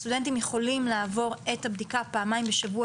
סטודנטים יכולים לעבור את הבדיקה פעמיים בשבוע.